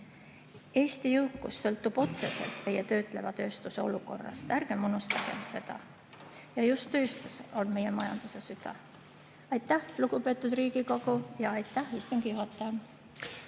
Eesti jõukus sõltub otseselt meie töötleva tööstuse olukorrast. Ärgem unustagem seda! Just tööstus on meie majanduse süda. Aitäh, lugupeetud Riigikogu, ja aitäh, istungi